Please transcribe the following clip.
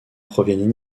proviennent